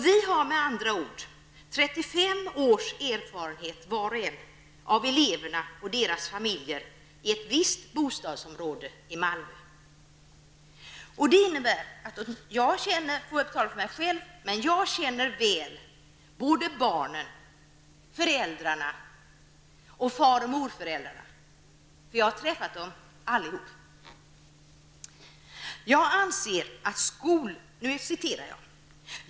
Vi har med andra ord var och en 35 års erfarenhet av eleverna och deras familjer i ett visst bostadsområde i Malmö. Jag känner barnen, föräldrarna och far och morföräldrarna väl. Jag har träffat dem allihop.